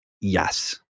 Yes